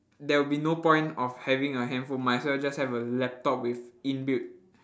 there will be no point of having a handphone might as well just have a laptop with in built